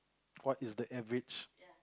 what is the average